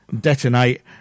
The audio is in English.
Detonate